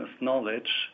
knowledge